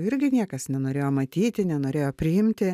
irgi niekas nenorėjo matyti nenorėjo priimti